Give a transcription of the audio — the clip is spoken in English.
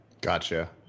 gotcha